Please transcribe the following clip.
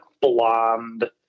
blonde